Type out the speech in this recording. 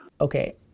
Okay